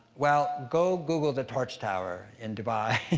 well, go google the torch tower in dubai.